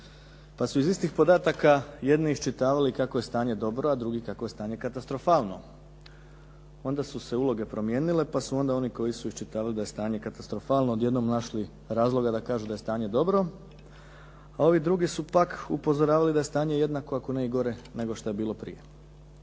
Pa su iz istih podataka jedni iščitavali kako je stanje dobro, a drugi kako je stanje katastrofalno. Onda su se uloge promijenile, pa su onda oni koji su iščitavali da je stanje katastrofalno odjednom našli razloga da kažu da je stanje dobro, a ovi drugi su pak upozoravali da je stanje jednako, ako ne i gore nego što je bilo prije.